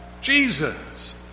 Jesus